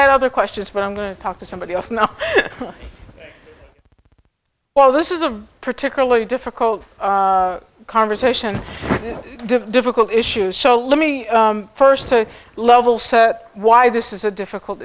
have other questions but i'm going to talk to somebody else now well this is a particularly difficult conversation difficult issue so let me first to level so why this is a difficult